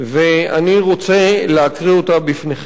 ואני רוצה להקריא אותה בפניכם: